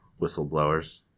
Whistleblowers